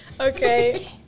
Okay